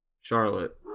Charlotte